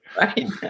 Right